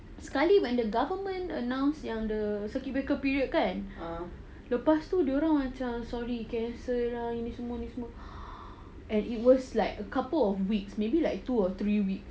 sekali when the government announce yang the circuit breaker period kan lepas tu dorang macam sorry cancel lah ni semua ni semua and it was like a couple of weeks maybe two or three weeks